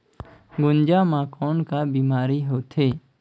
गुनजा मा कौन का बीमारी होथे?